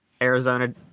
Arizona